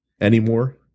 anymore